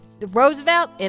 Roosevelt